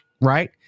right